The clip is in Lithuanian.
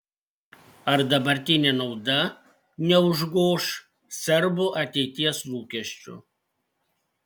ar dabartinė nauda neužgoš serbų ateities lūkesčių